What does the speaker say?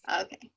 Okay